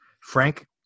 Frank